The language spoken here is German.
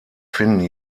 finden